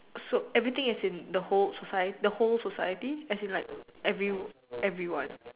so everything as in the whole society the whole society as in like every everyone